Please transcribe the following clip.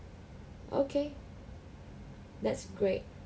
okay that's great